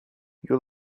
you